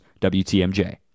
WTMJ